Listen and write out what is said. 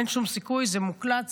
אין שום סיכוי, זה מוקלט לפרוטוקול: